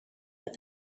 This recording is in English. that